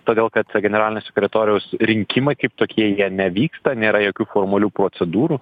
todėl kad generalinio sekretoriaus rinkimai kaip tokie jie nevyksta nėra jokių formalių procedūrų